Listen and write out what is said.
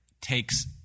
takes